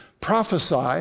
prophesy